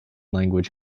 language